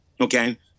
Okay